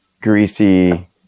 greasy